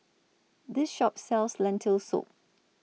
This Shop sells Lentil Soup